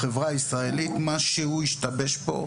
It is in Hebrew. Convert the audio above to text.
בחברה הישראלית משהו השתבש פה.